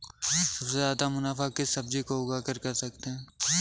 सबसे ज्यादा मुनाफा किस सब्जी को उगाकर कर सकते हैं?